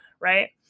right